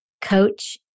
coach